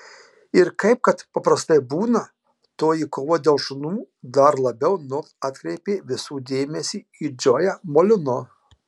ir kaip kad paprastai būna toji kova dėl šunų dar labiau atkreipė visų dėmesį į džoją molino